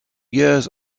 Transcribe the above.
years